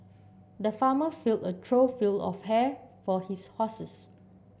the farmer filled a trough feel of hay for his horses